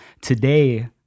Today